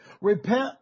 Repent